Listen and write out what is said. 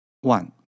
one